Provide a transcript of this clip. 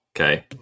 Okay